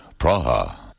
Praha